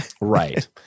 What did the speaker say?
Right